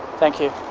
thank you.